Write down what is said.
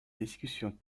discussions